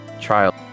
trial